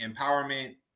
empowerment